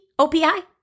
opi